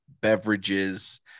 beverages